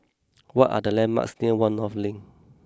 what are the landmarks near One North Link